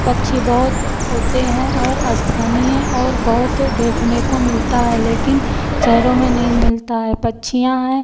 पक्षी बहुत होते हैं और स्थानीय और बहुत देखने को मिलता है लेकिन शहरों में नहीं मिलता है पक्षियाँ हैं